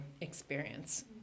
experience